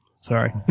Sorry